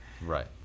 Right